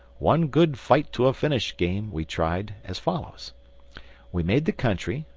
one good fight to a finish game we tried as follows we made the country,